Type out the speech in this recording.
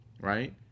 right